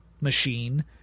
machine